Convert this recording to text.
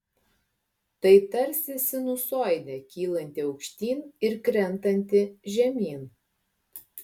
tai tarsi sinusoidė kylanti aukštyn ir krentanti žemyn